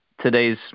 today's